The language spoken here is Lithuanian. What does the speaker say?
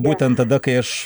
būtent tada kai aš